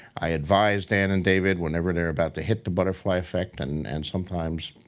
i advise dan and david whenever they're about to hit the butterfly effect and and sometimes